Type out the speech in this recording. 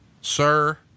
sir